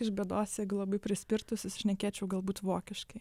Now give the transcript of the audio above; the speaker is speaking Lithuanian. iš bėdos jeigu labai prispirtų susišnekėčiau galbūt vokiškai